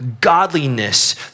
godliness